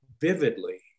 vividly